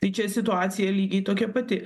tai čia situacija lygiai tokia pati